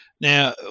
Now